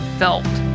felt